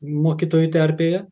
mokytojų terpėje